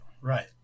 right